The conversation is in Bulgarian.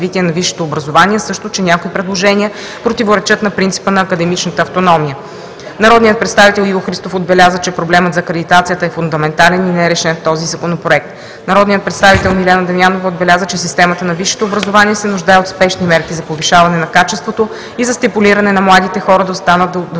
Народният представител Иво Христов отбеляза, че проблемът за акредитацията е фундаментален и не е решен в този законопроект. Народният представител Милена Дамянова отбеляза, че системата на висшето образование се нуждае от спешни мерки за повишаване на качеството и за стимулиране на младите хора да остават да учат